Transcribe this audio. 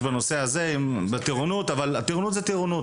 בנושא הזה אבל טירונות היא טירונות,